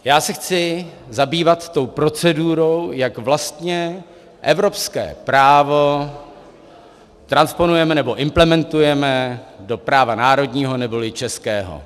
Já se chci zabývat tou procedurou, jak vlastně evropské právo transponujeme nebo implementujeme do práva národního neboli českého.